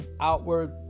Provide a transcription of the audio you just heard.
outward